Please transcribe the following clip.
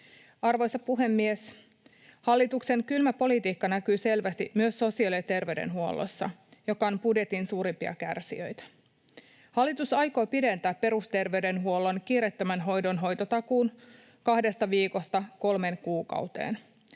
Arvoisa puhemies! Hallituksen kylmä politiikka näkyy selvästi myös sosiaali‑ ja terveydenhuollossa, joka on budjetin suurimpia kärsijöitä. Hallitus aikoo pidentää perusterveydenhuollon kiireettömän hoidon hoitotakuun kahdesta viikosta kolmeen kuukauteen.